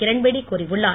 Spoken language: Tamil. கிரண்பேடி கூறியுன்னார்